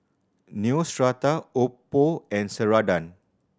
Neostrata Oppo and Ceradan